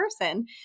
person